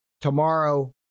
tomorrow